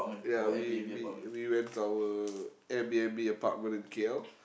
ya we we we went to our Air-B_N_B apartment in K_L